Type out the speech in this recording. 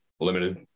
limited